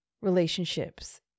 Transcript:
relationships